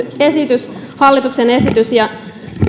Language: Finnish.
hallituksen esitys